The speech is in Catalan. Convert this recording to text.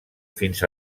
fins